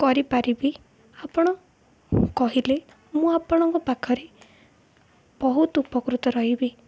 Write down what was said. କରିପାରିବି ଆପଣ କହିଲେ ମୁଁ ଆପଣଙ୍କ ପାଖରେ ବହୁତ ଉପକୃତ ରହିବି